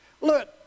Look